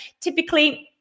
typically